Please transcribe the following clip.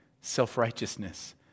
self-righteousness